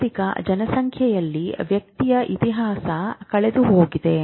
ಜಾಗತಿಕ ಜನಸಂಖ್ಯೆಯಲ್ಲಿ ವ್ಯಕ್ತಿಯ ಇತಿಹಾಸ ಕಳೆದುಹೋಗಿದೆ